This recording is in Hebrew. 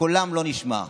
וקולם לא נשמע.